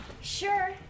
sure